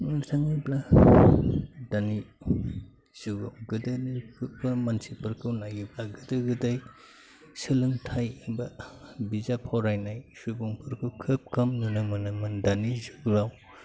बुंनो थाङोब्ला दानि जुगाव गोदोनि मानसिफोरखौ नायोब्ला गोदो गोदाय सोलोंथाइ एबा बिजाब फरायनाय सुबुंफोरखौ खोब खम नुनो मोनोमोन दानि जुगाव